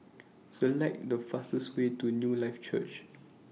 Select The fastest Way to Newlife Church